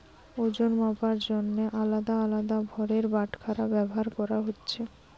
ওজন মাপার জন্যে আলদা আলদা ভারের বাটখারা ব্যাভার কোরা হচ্ছে